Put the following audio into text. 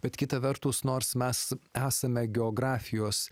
bet kita vertus nors mes esame geografijos